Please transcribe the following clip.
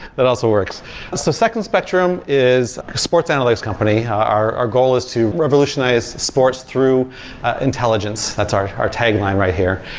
that also works so second spectrum is a sports analytics company. our our goal is to revolutionize sports through intelligence, that's our our tagline right here.